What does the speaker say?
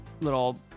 little